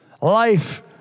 Life